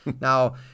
Now